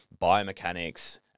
biomechanics